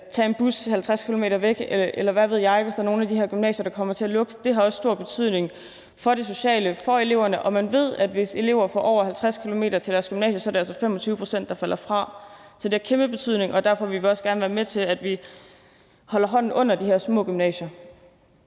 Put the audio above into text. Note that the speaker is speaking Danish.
tage en bus 50 km væk – eller hvad ved jeg – hvis der er nogle af de her gymnasier, der kommer til at lukke. Det har også stor betydning for det sociale, for eleverne, og man ved, at hvis elever får over 50 km til deres gymnasie, er det altså 25 pct., der falder fra. Så det har kæmpe betydning, og derfor vil vi også gerne være med til, at vi holder hånden under de her små gymnasier.